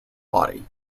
body